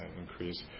increase